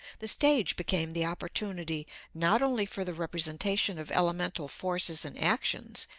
the stage became the opportunity not only for the representation of elemental forces and actions,